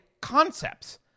concepts